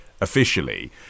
officially